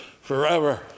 forever